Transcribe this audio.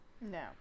No